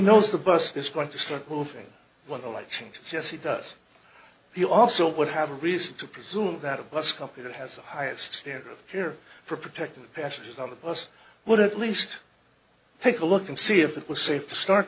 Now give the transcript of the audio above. knows the bus is going to start moving when the light changes yes he does he also would have a reason to presume that a bus company that has the highest standard of care for protecting the passengers on the bus would at least take a look and see if it was safe to start